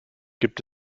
gibt